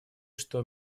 что